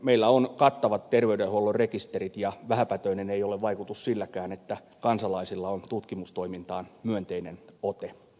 meillä on kattavat terveydenhuollon rekisterit ja vähäpätöinen ei ole vaikutus silläkään että kansalaisilla on tutkimustoimintaan myönteinen ote